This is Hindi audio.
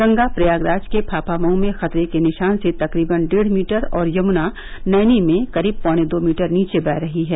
गंगा प्रयागराज के फाफामऊ में खतरे के निशान से तकरीबन डेढ़ मीटर और यमुना नैनी में करीब पौने दो मीटर नीचे बह रही हैं